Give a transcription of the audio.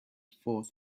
fourth